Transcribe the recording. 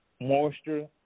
moisture